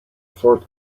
fourth